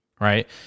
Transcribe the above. right